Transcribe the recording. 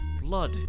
Blood